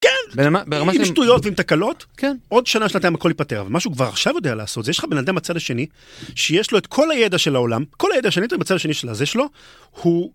כן, עם שטויות ועם תקלות, עוד שנה או שנתיים הכל ייפתר. ומשהו כבר עכשיו יודע לעשות, זה שיש לך בן אדם בצד השני, שיש לו את כל הידע של העולם, כל הידע שאני יודע, בצד השני של הזה שלו, הוא...